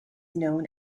known